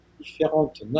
différentes